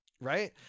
Right